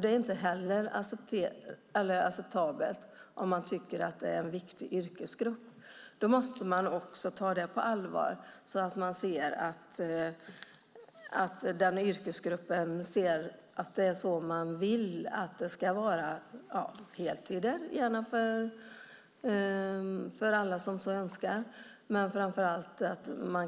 Det är inte heller acceptabelt om man tycker att det är en viktig yrkesgrupp, och frågan måste tas på allvar. Det är viktigt för yrkesgruppen med till exempel heltidstjänster för alla som önskar,